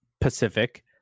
Pacific